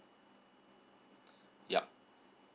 yup